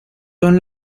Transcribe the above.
son